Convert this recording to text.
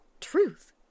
truth